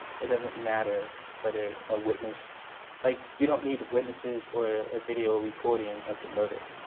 it doesn't matter whether a witness like you don't need witnesses or a video recording of the murder.